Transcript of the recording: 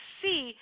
see